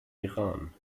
iran